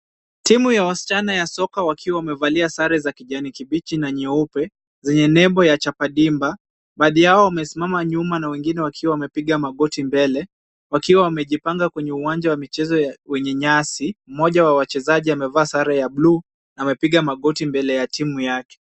Timu ya wasichana ya soka wakiwa wamevalia sare za kijani kibichi na nyeupe, zenye nembo ya Chapa Dimba. Baadhi yao wamesimama nyuma na wengine wakiwa wamepiga magoti mbele, wakiwa wamejipanga kwenye uwanja wa michezo wenye nyasi. Mmoja wa wachezaji amevaa sare ya Bluu na amepiga magoti mbele ya timu yake.